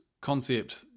concept